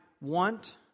want